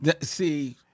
See